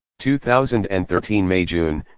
two thousand and thirteen may-june,